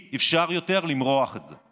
אי-אפשר למרוח את זה יותר.